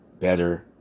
better